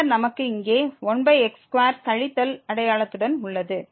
பின்னர் நமக்கு இங்கே 1x2 கழித்தல் அடையாளத்துடன் உள்ளது